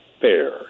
fair